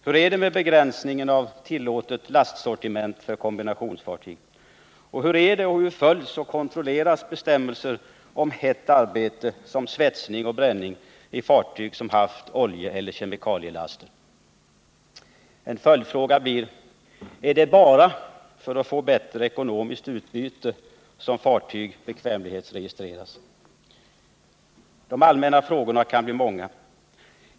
Hur är det med begränsningen av tillåtet lastsortiment för kombinationsfartyg? Och hur följs och kontrolleras bestämmelser om hett arbete såsom svetsning och bränning på fartyg med oljeeller kemikalielast? En följdfråga blir: Är det bara för att få bättre ekonomiskt utbyte som fartyg bekvämlighetsregistreras? De allmänna frågorna kan bli många.